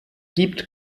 gibt